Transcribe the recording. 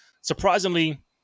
surprisingly